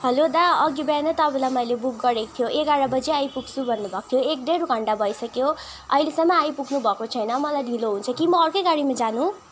हलो दा अघि बिहानै तपाईँलाई मैले बुक गरेको थियो एघार बजी आइपुग्छु भन्नुभएको थियो एक डेढ घन्टा भइसक्यो अहिलेसम्म आइपुग्नु भएको छैन मलाई ढिलो हुन्छ कि म अर्कै गाडीमा जानु